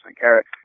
carrot